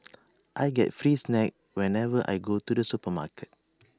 I get free snacks whenever I go to the supermarket